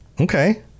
okay